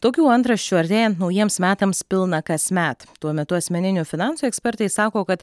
tokių antraščių artėjant naujiems metams pilna kasmet tuo metu asmeninių finansų ekspertai sako kad